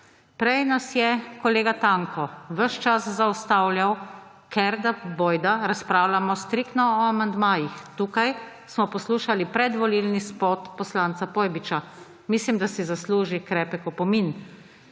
Prej nas je kolega Tanko ves čas zaustavljal, ker da bojda razpravljamo striktno o amandmajih. Tukaj smo poslušali pred volilni spot poslanca Pojbiča. Mislim, da si zasluži krepek opomin.